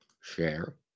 share